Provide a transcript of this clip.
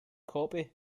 copy